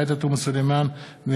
הצעת חוק לעידוד תחבורת אופניים (הוראות תכנון ובנייה),